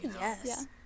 Yes